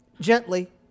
gently